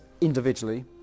individually